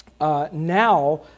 now